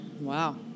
wow